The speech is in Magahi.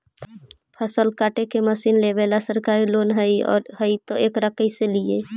फसल काटे के मशीन लेबेला सरकारी लोन हई और हई त एकरा कैसे लियै?